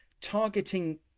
targeting